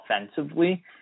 offensively